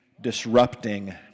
disrupting